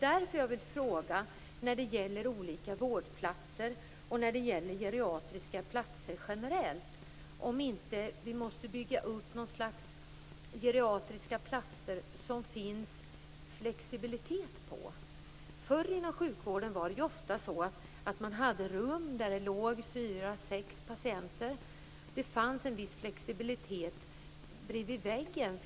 Därför vill jag fråga, när det gäller olika vårdplatser och geriatriska vårdplatser generellt, om vi inte måste bygga upp något slags geriatriska vårdplatser som är flexibla. Förr var det ofta så inom sjukvården att man hade rum där det låg fyra, sex patienter. Det fanns en viss flexibilitet.